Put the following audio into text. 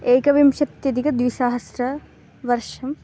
एकविंशत्यधिकद्विसहस्रतमं वर्षं